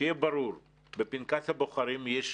שיהיה ברור, בפנקס הבוחרים יש,